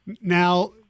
Now